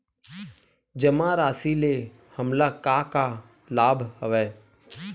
जमा राशि ले हमला का का लाभ हवय?